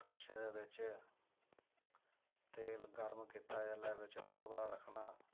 कड़छै दे बिच्च तेल गरम कीता जेल्लै बिच्च कोला रक्खना